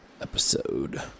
episode